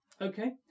Okay